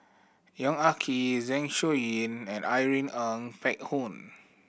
Yong Ah Kee Zeng Shouyin and Irene Ng Phek Hoong